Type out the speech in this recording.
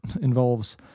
involves